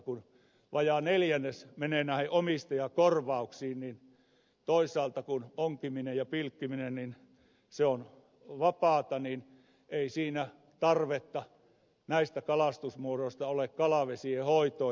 kun vajaa neljännes menee näihin omistajakorvauksiin ja toisaalta kun onkiminen ja pilkkiminen on vapaata niin ei siinä ole näistä kalastusmuodoista tarvetta kalavesien hoitoon